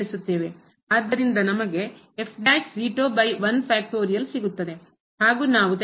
ಆದ್ದರಿಂದ ನಮಗೆ ಸಿಗುತ್ತದೆ ಹಾಗೂ ನಾವು ತೆಗೆದುಕೊಂಡಿರುವ ಅಥವಾ ಇರುತ್ತದೆ